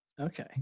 Okay